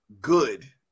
good